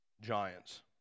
giants